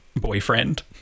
boyfriend